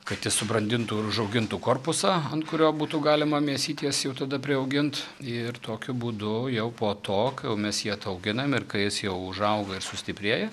kad jis subrandintų užaugintų korpusą ant kurio būtų galima mėsytės jau tada priaugint ir tokiu būdu jau po to kai jau mes jį atauginam ir kai jis jau užauga ir sustiprėja